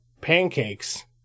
pancakes